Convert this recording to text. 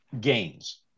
gains